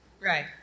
Right